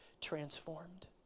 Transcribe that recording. transformed